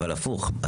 הפוך.